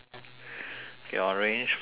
okay orange followed by blue